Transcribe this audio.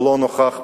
לא נוכח פה.